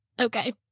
okay